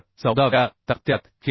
तर 14 व्या तक्त्यात KL